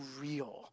real